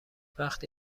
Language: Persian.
وقتی